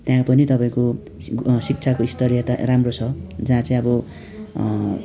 त्यहाँ पनि तपाईँको शिक्षाको स्तरीयता राम्रो छ जहाँ चाहिँ अब